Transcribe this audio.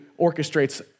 orchestrates